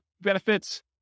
benefits